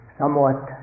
somewhat